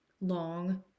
long